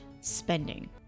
spending